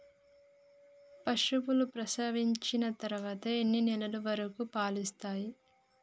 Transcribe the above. పశువులు ప్రసవించిన తర్వాత ఎన్ని నెలల వరకు పాలు ఇస్తాయి?